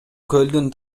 көлдүн